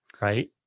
Right